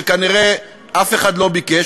שכנראה אף אחד לא ביקש,